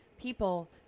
People